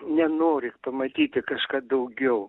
nenori pamatyti kažką daugiau